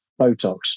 Botox